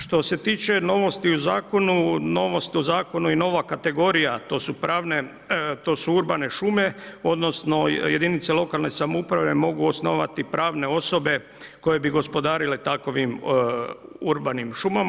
Što se tiče novosti u zakonu, novost u zakonu i nova kategorija, to su urbane šume, odnosno jedinice lokalne samouprave mogu osnovati pravne osobe koje bi gospodarile takovim urbanim šumama.